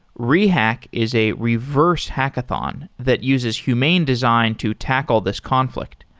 rehack is a reverse hackathon that uses humane design to tackle this conflict.